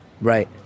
Right